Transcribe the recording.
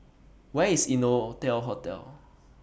Where IS Innotel Hotel